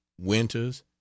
winters